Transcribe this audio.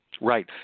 Right